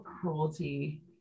cruelty